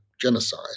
genocide